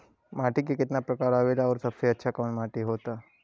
माटी के कितना प्रकार आवेला और सबसे अच्छा कवन माटी होता?